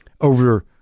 over